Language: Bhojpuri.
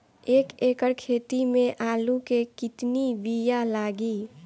एक एकड़ खेती में आलू के कितनी विया लागी?